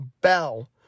Bell